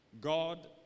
God